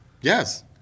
Yes